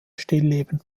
stillleben